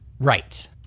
Right